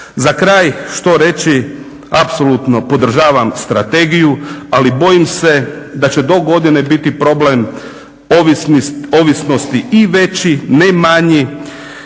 Za kraj, što reći? Apsolutno podržavam strategiju, ali bojim se da će dogodine biti problem ovisnosti i veći, ne manji,